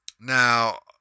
Now